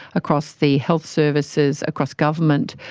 across the health services, across government,